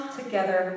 together